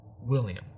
William